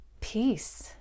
peace